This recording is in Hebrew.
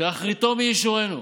שאחריתו מי ישורנו,